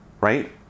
right